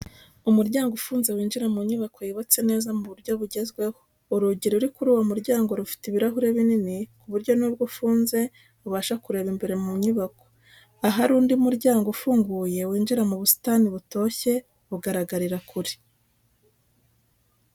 Umuryango ufunze winjira mu nyubako yubatse mu buryo bugezweho, urugi ruri kuri uwo muryango rufite ibirahuri binini ku buryo nubwo ufunze ubasha kureba imbere mu nyubako ahari undi muryango ufunguye winjira mu busitani butoshye bugaragarira kure.